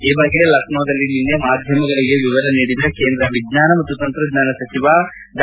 ಈ ಬಗ್ಗೆ ಲಕ್ಡೋದಲ್ಲಿ ನಿನ್ನೆ ಮಾಧ್ಯಮಗಳಿಗೆ ವಿವರ ನೀಡಿದ ಕೇಂದ್ರ ವಿಜ್ಞಾನ ಮತ್ತು ತಂತ್ರಜ್ಞಾನ ಸಚಿವ ಡಾ